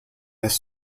this